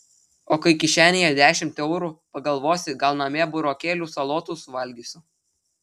o kai kišenėje dešimt eurų pagalvosi gal namie burokėlių salotų suvalgysiu